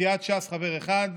סיעת ש"ס, חבר אחד,